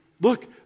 look